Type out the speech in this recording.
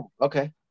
Okay